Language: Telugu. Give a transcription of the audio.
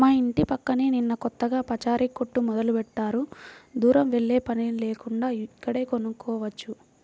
మా యింటి పక్కనే నిన్న కొత్తగా పచారీ కొట్టు మొదలుబెట్టారు, దూరం వెల్లేపని లేకుండా ఇక్కడే కొనుక్కోవచ్చు